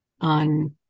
on